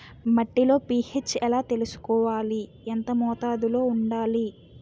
మట్టిలో పీ.హెచ్ ఎలా తెలుసుకోవాలి? ఎంత మోతాదులో వుండాలి?